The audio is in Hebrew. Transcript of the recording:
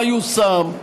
מה יושם,